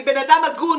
אני בן אדם הגון.